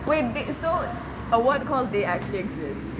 wait they so a word called dey actually exists